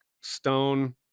stone